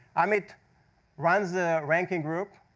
amit runs the ranking group,